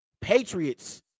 Patriots